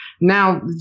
now